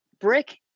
brick